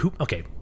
Okay